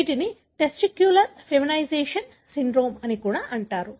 వీటిని testicular feminization syndrome అని కూడా అంటారు